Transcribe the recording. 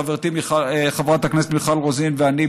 חברתי חברת הכנסת מיכל רוזין ואני,